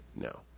No